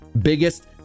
biggest